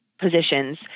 positions